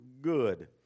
good